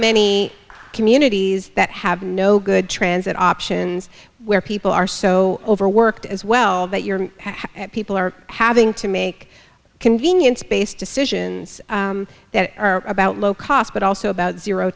many communities that have no good transit options where people are so overworked as well that your people are having to make convenience based decisions that are about low cost but also about zero